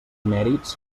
mèrits